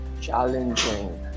Challenging